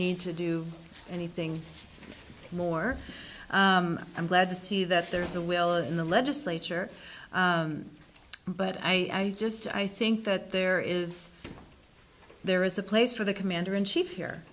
need to do anything more i'm glad to see that there is a will in the legislature but i just i think that there is there is a place for the commander in chief here